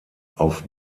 auf